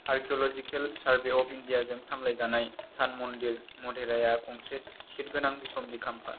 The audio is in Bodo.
आर्किय'लजिकेल सार्भे अफ इण्डियाजों सामलायजानाय सान मन्दिर मधेराया गंसे टिकेट गोनां बिसम्बि खाम्फा